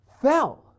fell